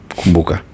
kumbuka